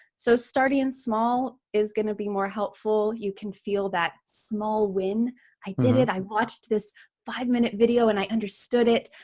so starting and small is going to be more helpful. you can feel that small win i did it, i watched this five minute video and i understood it.